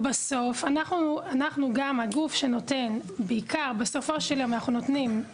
בסופו של יום, אנחנו גוף שנותן בעיקר אשראי.